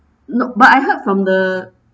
no but I heard from the